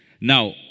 Now